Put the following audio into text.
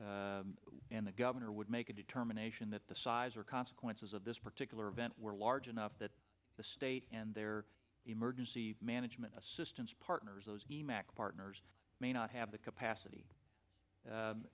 manager and the governor would make a determination that the size or consequences of this particular event were large enough that the state and their emergency management assistance partners those emacs partners may not have the capacity